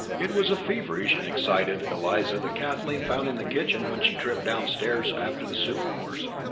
it was a feverish and excited eliza that kathleen found in the kitchen when she tripped downstairs after the soup course.